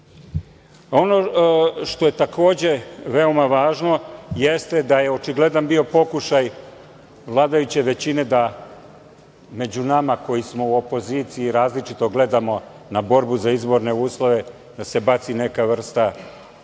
što je takođe veoma važno jeste da je očigledan bio pokušaj vladajuće većine da među nama koji smo u opoziciji i različito gledamo na borbu za izborne uslove, da se baci neka vrsta